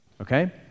okay